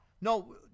No